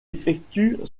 effectue